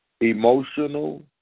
emotional